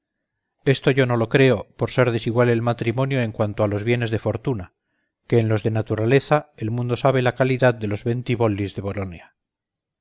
esto yo no lo creo por ser desigual el matrimonio en cuanto a los bienes de fortuna que en los de naturaleza el mundo sabe la calidad de los bentibollis de bolonia